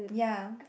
ya